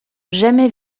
jamais